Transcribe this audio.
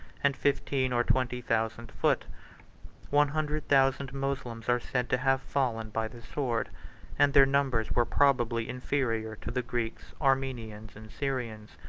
and fifteen or twenty thousand foot one hundred thousand moslems are said to have fallen by the sword and their numbers were probably inferior to the greeks, armenians, and syrians,